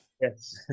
yes